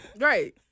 Right